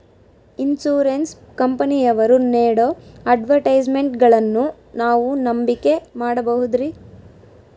Insurance ಕಂಪನಿಯವರು ನೇಡೋ ಅಡ್ವರ್ಟೈಸ್ಮೆಂಟ್ಗಳನ್ನು ನಾವು ನಂಬಿಕೆ ಮಾಡಬಹುದ್ರಿ?